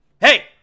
Hey